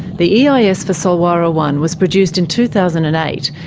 the eis for solwara one was produced in two thousand and eight,